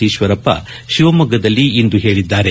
ಈಶ್ವರಪ್ಪ ಶಿವಮೊಗ್ಗದಲ್ಲಿಂದು ಹೇಳಿದ್ದಾರೆ